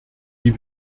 wie